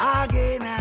again